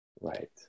Right